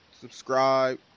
Subscribe